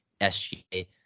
SGA